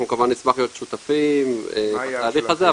אנחנו כמובן נשמח להיות שותפים בתהליך הזה,